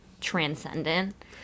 transcendent